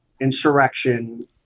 insurrection